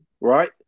right